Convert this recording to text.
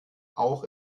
auch